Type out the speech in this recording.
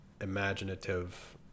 imaginative